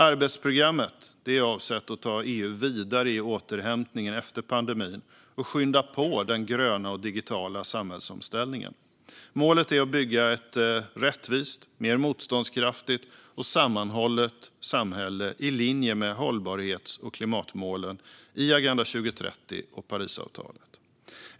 Arbetsprogrammet är avsett att ta EU vidare i återhämtningen efter pandemin och skynda på den gröna och digitala samhällsomställningen. Målet är att bygga ett rättvist, mer motståndskraftigt och sammanhållet samhälle i linje med hållbarhets och klimatmålen i Agenda 2030 och Parisavtalet.